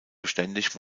beständig